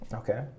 okay